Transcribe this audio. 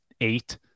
Eight